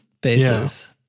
bases